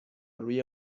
روی